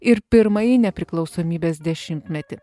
ir pirmąjį nepriklausomybės dešimtmetį